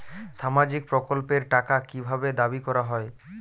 সামাজিক প্রকল্পের টাকা কি ভাবে দাবি করা হয়?